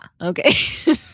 Okay